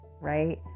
Right